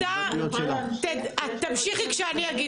--- תן לה לדבר,